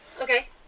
Okay